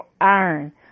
iron